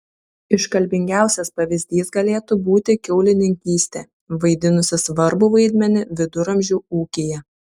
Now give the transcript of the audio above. iškalbingiausias pavyzdys galėtų būti kiaulininkystė vaidinusi svarbų vaidmenį viduramžių ūkyje